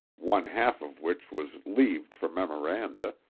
one-half of which was leaved for memoranda,